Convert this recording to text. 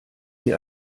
sie